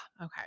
okay